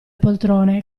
poltrone